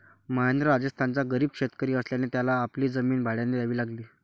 महेंद्र राजस्थानचा गरीब शेतकरी असल्याने त्याला आपली जमीन भाड्याने द्यावी लागली